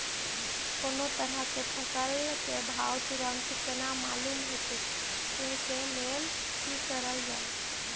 कोनो तरह के फसल के भाव तुरंत केना मालूम होते, वे के लेल की करल जाय?